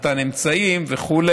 מתן אמצעים וכו'.